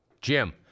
Jim